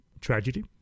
tragedy